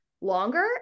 longer